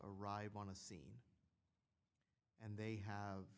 arrive on the scene and they have